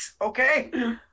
okay